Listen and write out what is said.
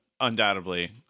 undoubtedly